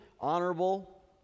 honorable